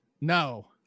no